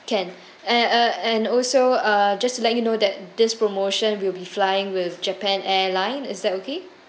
can and uh and also uh just to let you know that this promotion we'll be flying with japan airline is that okay